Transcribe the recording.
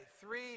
Three